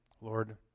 Lord